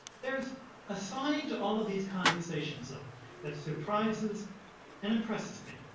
there's a side to all these conversations so that surprises and impresses me.